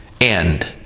end